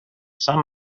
some